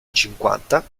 cinquanta